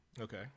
Okay